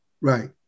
right